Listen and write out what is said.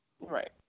right